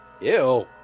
Ew